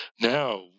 now